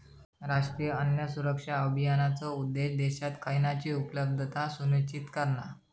राष्ट्रीय अन्न सुरक्षा अभियानाचो उद्देश्य देशात खयानची उपलब्धता सुनिश्चित करणा